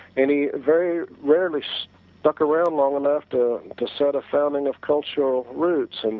and he very rarely stuck around long enough to to set a founding of cultural routes, and